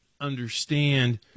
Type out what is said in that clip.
understand